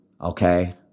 Okay